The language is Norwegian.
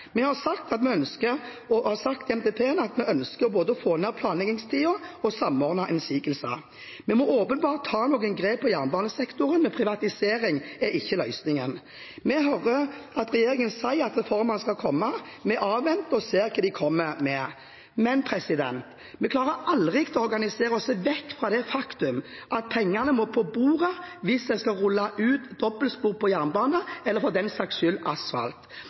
Vi har sagt i NTP-en at vi ønsker både å få ned planleggingstiden og å samordne innsigelser. Vi må åpenbart ta noen grep på jernbanesektoren, men privatisering er ikke løsningen. Vi hører regjeringen si at reformer skal komme. Vi avventer og ser hva de kommer med. Vi klarer aldri å organisere oss vekk fra det faktum at pengene må på bordet hvis en skal rulle ut dobbeltspor på jernbane, eller – for den saks skyld – asfalt.